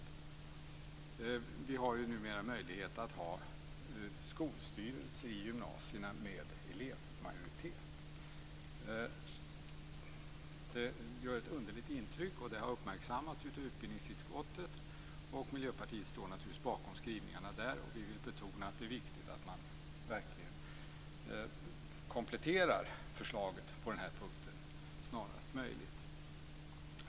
Det finns ju numera möjlighet att ha en skolstyrelse i gymnasiet med elevmajoritet. Det gör ett underligt intryck och det har uppmärksammats av utbildningsutskottet. Miljöpartiet står naturligtvis bakom skrivningarna där. Vi vill betona att det är viktigt att man verkligen kompletterar förslaget på den här punkten snarast möjligt.